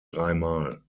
dreimal